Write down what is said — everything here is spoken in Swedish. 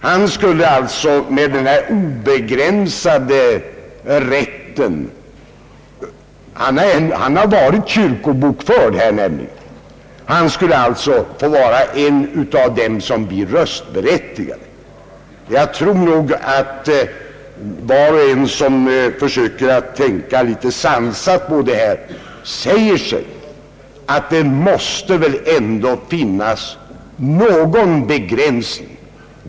Han skulle alltså med den obegränsade rätt som här föreslås — han har alltså varit kyrkobokförd här i landet — vara en av dem som skulle bli röstberättigad. Var och en som försöker att tänka litet sansat på detta problem kommer nog att säga sig att det väl ändå måste finnas någon begränsning.